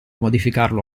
modificarlo